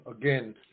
again